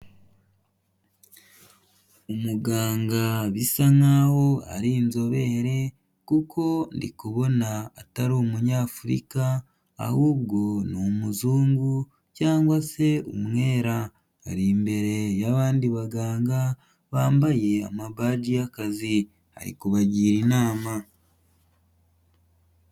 Umuganga bisa nk'aho ari inzobere kuko ndi kubona atari umunyafurika, ahubwo ni umuzungu cyangwa se umwera. Ari imbere y'abandi baganga bambaye amabaji y'akazi, ari kubagira inama.